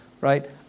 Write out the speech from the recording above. Right